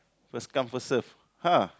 first come first serve !ha!